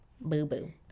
Boo-boo